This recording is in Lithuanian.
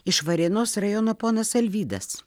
iš varėnos rajono ponas alvydas